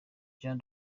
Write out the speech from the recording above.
jean